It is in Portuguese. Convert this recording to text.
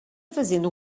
fazendo